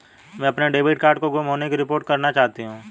मैं अपने debit card के गुम होने की रिपोर्ट करना चाहती हूँ